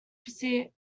preserve